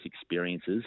experiences